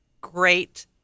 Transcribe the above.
great